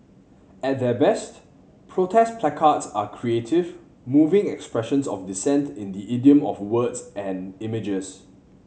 at their best protest placards are creative moving expressions of dissent in the idiom of words and images